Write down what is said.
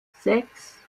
sechs